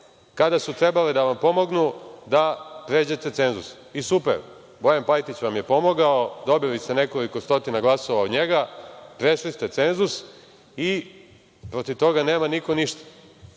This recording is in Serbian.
kada su trebale da vam pomognu da pređete cenzus. I super, Bojan Pajtić vam je pomogao, dobili ste nekoliko stotina glasova od njega, prešli ste cenzus i protiv toga nema niko ništa.